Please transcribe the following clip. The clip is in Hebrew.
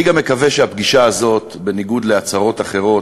אני גם מקווה שהפגישה הזאת, בניגוד להצהרות אחרות,